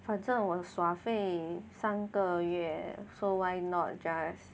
反正我耍废三个月 so why not just